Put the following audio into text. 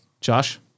Josh